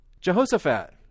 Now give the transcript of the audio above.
Jehoshaphat